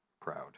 proud